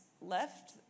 left